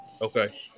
Okay